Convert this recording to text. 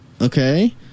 Okay